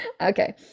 Okay